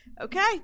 Okay